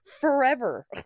forever